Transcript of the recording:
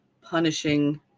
punishing